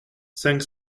cinq